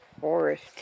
forest